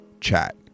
chat